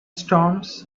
storms